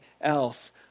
else